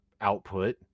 output